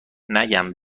نگم